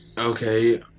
okay